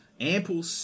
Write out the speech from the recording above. ...ample